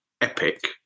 epic